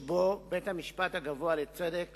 שבו בית-המשפט הגבוה לצדק